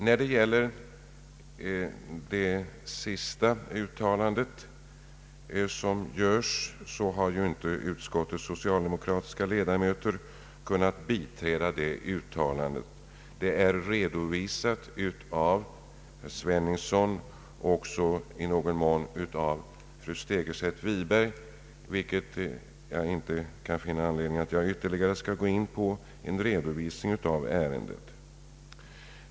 Vad gäller uttalandet under punkt 5 så har utskottets socialdemokratiska ledamöter inte kunnat biträda det. Detta är redan redovisat av herr Sveningsson och i någon mån även av fru Segerstedt Wiberg, vilket gör att jag inte kan finna någon anledning att ytterligare gå in på en redovisning.